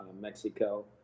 Mexico